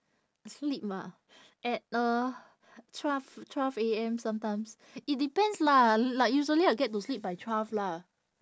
sleep ah at uh twelve twelve A_M sometimes it depends lah like usually I get to sleep by twelve lah